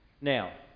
Now